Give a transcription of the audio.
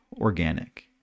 organic